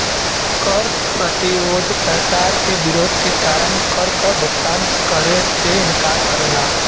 कर प्रतिरोध सरकार के विरोध के कारण कर क भुगतान करे से इंकार करला